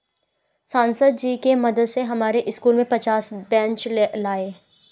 सांसद जी के मदद से हमारे स्कूल में पचास बेंच लाए